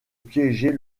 piéger